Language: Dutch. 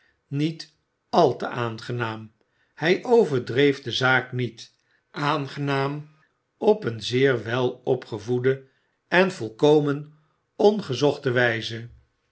ontraoeten nietal te aangenaam hy overdreef de zaak niet aangenaam op een zeer welopgevoede en volkomen ongezochte wijze